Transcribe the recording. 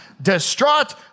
Distraught